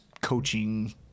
coaching